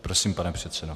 Prosím, pane předsedo.